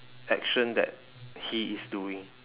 action that he is doing